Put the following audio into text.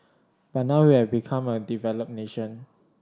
but now we have become a developed nation